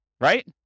Right